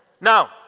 Now